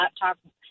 laptop